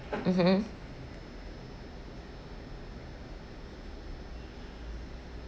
mmhmm